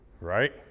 Right